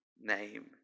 name